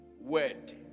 Word